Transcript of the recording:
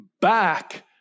back